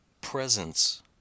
presence